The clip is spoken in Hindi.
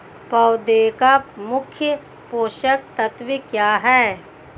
पौधे का मुख्य पोषक तत्व क्या हैं?